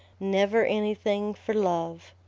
never anything for love.